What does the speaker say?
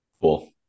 Cool